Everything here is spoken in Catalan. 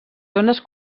zones